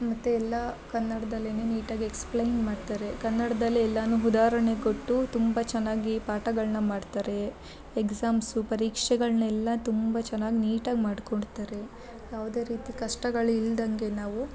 ಮತ್ತು ಎಲ್ಲಾ ಕನ್ನಡದಲ್ಲೇನೆ ನೀಟಾಗಿ ಎಕ್ಸ್ಪ್ಲೇನ್ ಮಾಡ್ತಾರೆ ಕನ್ನಡದಲ್ಲೇ ಎಲ್ಲಾನು ಉದಾಹರಣೆ ಕೊಟ್ಟು ತುಂಬ ಚೆನ್ನಾಗಿ ಪಾಠಗಳ್ನ ಮಾಡ್ತಾರೆ ಎಕ್ಸಾಮ್ಸು ಪರೀಕ್ಷೆಗಳ್ನೆಲ್ಲ ತುಂಬ ಚೆನ್ನಾಗಿ ನೀಟಾಗಿ ಮಾಡ್ಕೊಡ್ತಾರೆ ಯಾವುದೇ ರೀತಿ ಕಷ್ಟಗಳು ಇಲ್ದಂಗೆ ನಾವು